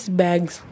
bags